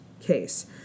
case